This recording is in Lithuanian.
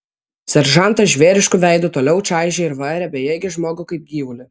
seržantas žvėrišku veidu toliau čaižė ir varė bejėgį žmogų kaip gyvulį